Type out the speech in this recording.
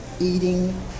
eating